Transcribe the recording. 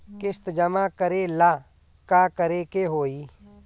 किस्त जमा करे ला का करे के होई?